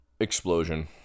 Explosion